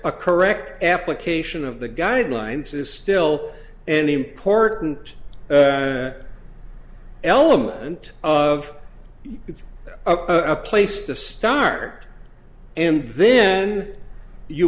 a correct application of the guidelines is still an important element of it's a place to start and then you